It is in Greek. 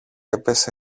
έπεσε